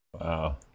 Wow